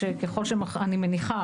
אני מניחה,